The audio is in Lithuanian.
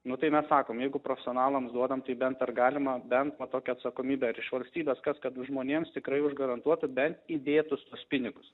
nu tai mes sakom jeigu profsionalams duodam tai bent ar galima bent va tokią atsakomybę ir iš valstybės kas kad žmonėms tikrai užgarantuotų bent įdėtus tuos pinigus